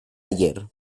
ayer